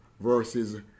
verses